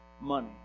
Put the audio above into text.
Money